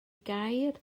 gair